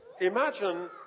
Imagine